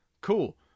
cool